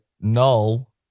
null